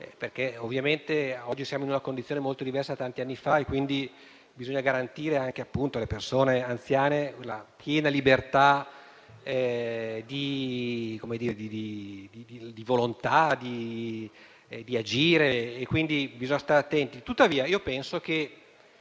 e di truffe. Oggi siamo in una condizione molto diversa da tanti anni fa e quindi bisogna garantire anche alle persone anziane la piena libertà di volontà e di azione, quindi bisogna stare attenti. Tuttavia penso che